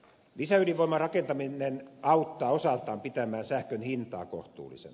lisäydinvoiman rakentaminen auttaa osaltaan pitämään sähkön hintaa kohtuullisena